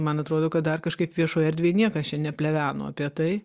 man atrodo kad dar kažkaip viešoj erdvėj niekas čia nepleveno apie tai